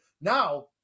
now